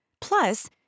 plus